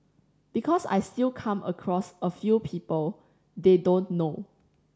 because I still come across a few people they don't know